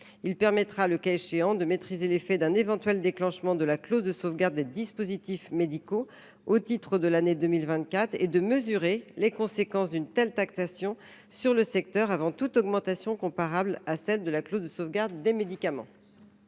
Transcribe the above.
permettra, le cas échéant, de maîtriser l’effet d’un déclenchement de la clause de sauvegarde des dispositifs médicaux au titre de l’année 2024 et de mesurer les conséquences d’une telle taxation sur le secteur avant toute augmentation comparable à celle de la clause de sauvegarde des médicaments.